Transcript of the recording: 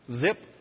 Zip